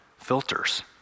filters